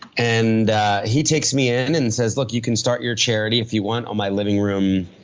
and he takes me in and says, look, you can start your charity if you want on my living room.